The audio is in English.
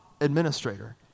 administrator